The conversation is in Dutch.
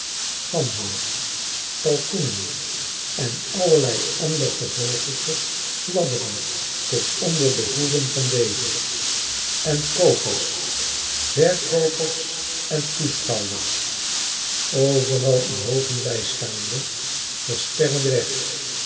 ganzen kalkoenen en allerlei ander gevogelte fladderen tot onder de hoeven van deze en koopeis verkoopers en toeschouwers overal inhoopen bijeenstaande versperren den weg